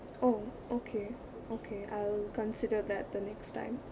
oh okay okay I'll consider that the next time